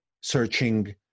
searching